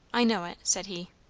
i know it, said he.